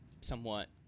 somewhat